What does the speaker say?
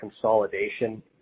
consolidation